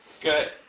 Good